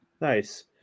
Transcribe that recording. Nice